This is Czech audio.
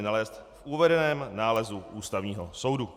nalézt v uvedeném nálezu Ústavního soudu.